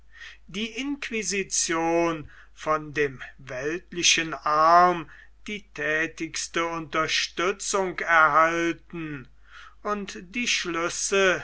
die inquisition von dem weltlichen arm die thätigste unterstützung erhalten und die schlüsse